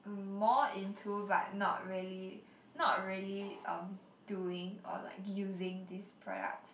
more into but not really not really um doing or like using these products